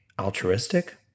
altruistic